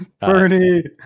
Bernie